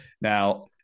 Now